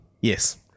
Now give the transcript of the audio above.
Yes